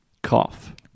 Cough